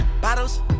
bottles